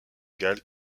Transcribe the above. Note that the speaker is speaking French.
égale